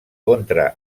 contra